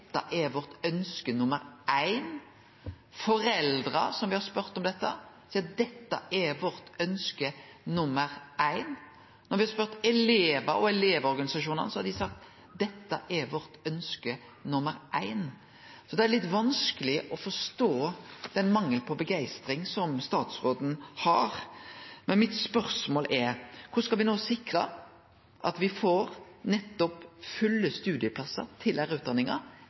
dette er ønske nummer éin. Dei foreldra som me har spurt om dette, seier at dette er ønske nummer éin. Når me har spurt elevar og elevorganisasjonane, har dei sagt at dette er ønske nummer éin. Det er litt vanskeleg å forstå den mangelen på begeistring som statsråden har. Mitt spørsmål er: Korleis skal me no sikre at me får fylt opp studieplassane til